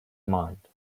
mind